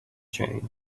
change